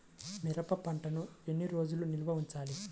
మిరప పంటను ఎన్ని రోజులు నిల్వ ఉంచాలి?